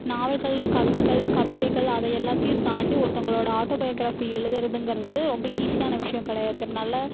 நாவல்கள் கதைகள் கவிதைகள் அதை எல்லாத்தையும் தாண்டி ஒருத்தவங்களோட ஆட்டோ பயோகிராஃபி எழுதுறங்கிறது ரொம்ப ஈசியான விஷயம் கிடையாதுனால